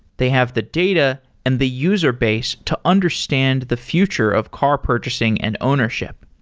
they have the data and the user base to understand the future of car purchasing and ownership.